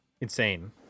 insane